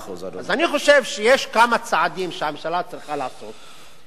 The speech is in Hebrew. אז אני חושב שיש כמה צעדים שהממשלה צריכה לעשות כדי,